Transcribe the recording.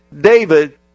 David